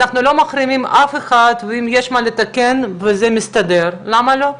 אנחנו לא מחרימים אף אחד ואם יש מה לתקן וזה מסתדר למה לא?